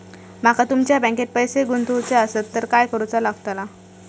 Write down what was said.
माका तुमच्या बँकेत पैसे गुंतवूचे आसत तर काय कारुचा लगतला?